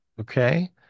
Okay